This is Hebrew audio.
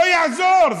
לא יעזור.